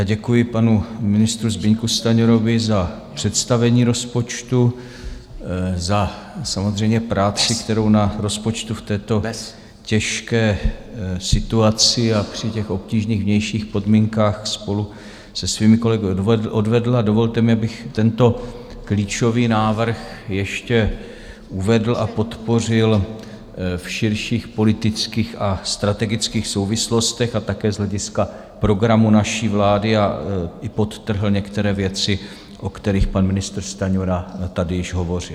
Děkuji panu ministru Zbyňku Stanjurovi za představení rozpočtu, samozřejmě za práci, kterou na rozpočtu v této těžké situaci a při obtížných vnějších podmínkách spolu se svými kolegy odvedl, a dovolte mi, abych tento klíčový návrh ještě uvedl a podpořil v širších politických a strategických souvislostech a také z hlediska programu naší vlády, a i podtrhl některé věci, o kterých pan ministr Stanjura tady již hovořil.